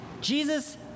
Jesus